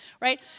Right